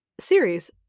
series